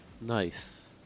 nice